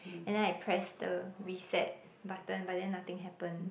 and then I press the reset button but then nothing happen